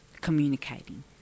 communicating